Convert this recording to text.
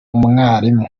umwarimu